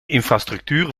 infrastructuur